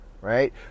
right